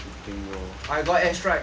ah I got air strike